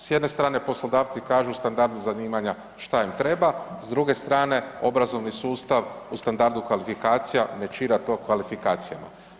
S jedne strane, poslodavci kažu standard zanimanja, šta im treba, s druge strane, obrazovni sustav u standardu kvalifikacija ... kvalifikacijama.